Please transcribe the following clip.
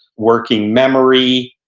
working memory,